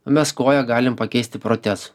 mes koją galim pakeisti protezu